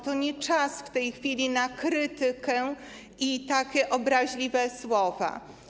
To nie czas w tej chwili na krytykę i na obraźliwe słowa.